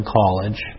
college